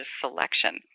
selection